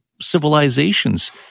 civilizations